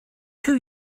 two